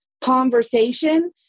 conversation